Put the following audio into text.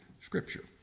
scripture